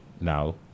now